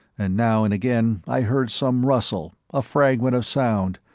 and now and again i heard some rustle, a fragment of sound,